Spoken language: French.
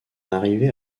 arrivée